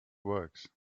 works